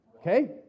Okay